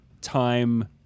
time